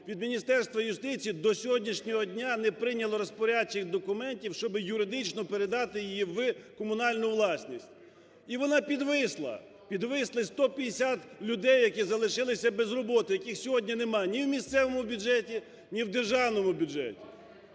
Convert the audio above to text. від Міністерства юстиції до сьогоднішнього дня не прийняли розпорядчих документів, щоби юридично передати її в комунальну власність. І вона підвисла, підвисли 150 людей, які залишилися без роботи, яких сьогодні нема ні в місцевому бюджеті, ні в державному бюджеті.